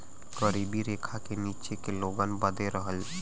गरीबी रेखा के नीचे के लोगन बदे रहल